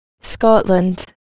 Scotland